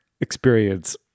experience